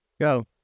Go